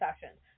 sessions